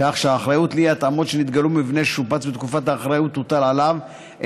כך שהאחריות לאי-התאמות שנתגלו במבנה ששופץ בתקופת האחריות תוטל עליו,